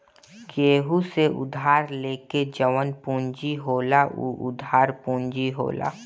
केहू से उधार लेके जवन पूंजी होला उ उधार पूंजी होला